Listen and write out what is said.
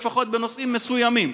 לפחות בנושאים מסוימים.